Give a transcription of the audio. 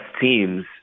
teams